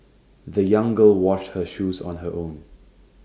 the young girl washed her shoes on her own